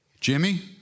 Jimmy